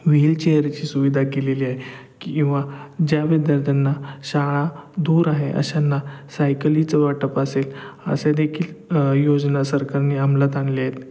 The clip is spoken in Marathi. व्हीलचेअरची सुविधा केलेली आहे किंवा ज्या विद्यार्थ्यांना शाळा दूर आहे अशांना सायकलीचं वाटप असेल असे देखील योजना सरकारने अमलात आणल्या आहेत